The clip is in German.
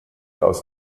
aus